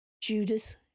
Judas